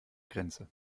grenze